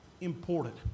important